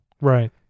Right